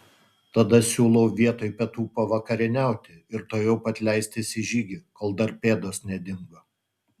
tada siūlau vietoj pietų pavakarieniauti ir tuojau pat leistis į žygį kol dar pėdos nedingo